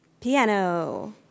Piano